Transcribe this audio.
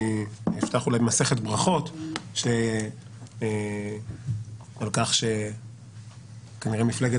אני אפתח אולי ממסכת ברכות על כך שכנראה מפלגת